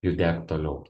judėk toliau